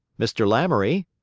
mr. lamoury,